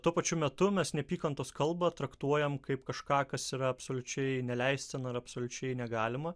tuo pačiu metu mes neapykantos kalbą traktuojam kaip kažką kas yra absoliučiai neleistina ir absoliučiai negalima